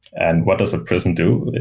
and what does a prism do?